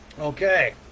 okay